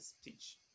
speech